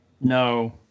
No